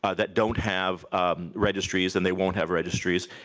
ah that don't have ah registries, and they won't have registries.